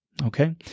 Okay